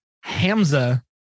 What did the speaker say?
Hamza